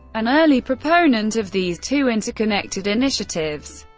an early proponent of these two interconnected initiatives,